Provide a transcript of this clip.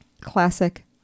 classic